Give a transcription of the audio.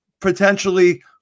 potentially